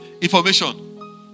information